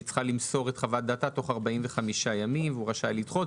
היא צריכה למסור את חוות דעתה תוך 45 ימים והוא רשאי לדחות,